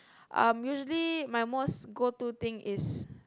um usually my most go to thing is